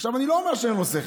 עכשיו, אני לא אומר שאין לו שכל,